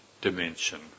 dimension